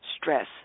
Stress